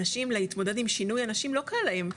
להתמודד עם שינוי אנשים לא קל להם,